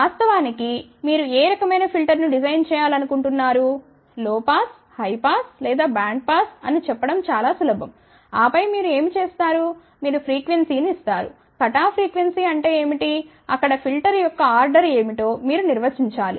వాస్తవానికి మీరు ఏ రకమైన ఫిల్టర్ను డిజైన్ చేయాలనుకుంటున్నారు లో పాస్ హై పాస్ లేదా బ్యాండ్ పాస్ అని చెప్పడం చాలా సులభం ఆపై మీరు ఏమి చేస్తారు మీరు ఫ్రీక్వెన్సీ ని ఇస్తారు కట్ ఆఫ్ ఫ్రీక్వెన్సీ అంటే ఏమిటి అక్కడ ఫిల్టర్ యొక్క ఆర్డర్ ఏమిటో మీరు నిర్వచించాలి